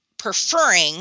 preferring